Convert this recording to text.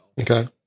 Okay